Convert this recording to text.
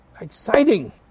Exciting